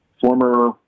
Former